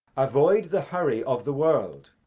avoid the hurry of the world.